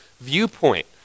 viewpoint